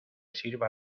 sirva